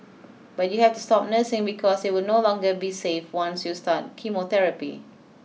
but you have to stop nursing because it will no longer be safe once you start chemotherapy